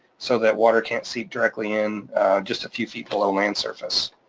so that water can't seep directly in just a few feet below land surface.